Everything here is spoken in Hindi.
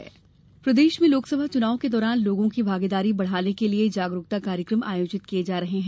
मतदाता जागरूकता प्रदेश में लोकसभा चुनाव के दौरान लोगों की भागीदारी बढ़ाने के लिए जागरूकता कार्यक्रम आयोजित किये जा रहे हैं